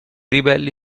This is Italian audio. ribelli